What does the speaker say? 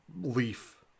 leaf